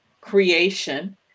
creation